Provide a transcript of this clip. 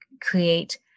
create